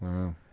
Wow